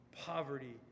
poverty